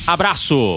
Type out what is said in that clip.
Abraço